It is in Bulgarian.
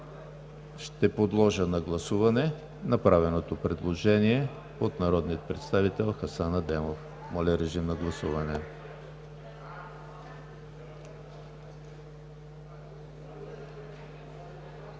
Ще подложа на гласуване направеното предложение от народния представител Хасан Адемов. Гласували